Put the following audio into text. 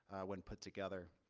when put together.